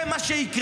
זה מה שיקרה.